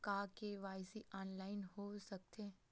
का KYC online हो सकथे?